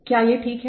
क्या ये ठीक है